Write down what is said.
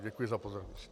Děkuji za pozornost.